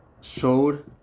Showed